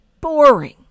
boring